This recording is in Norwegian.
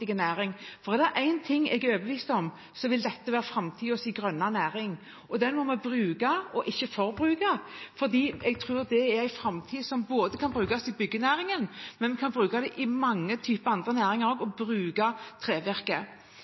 næring. Er det én ting jeg er overbevist om, er det at dette vil være framtidens grønne næring. Den må vi bruke, og ikke forbruke, for jeg tror det er en framtid både for byggenæringen og for andre næringer å bruke